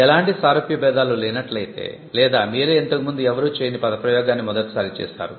ఎలాంటి సారూప్య పదాలు లేనట్లయితే లేదా మీరే ఇంతకు ముందు ఎవ్వరూ చేయని పద ప్రయోగాన్ని మొదటి సారి చేసారు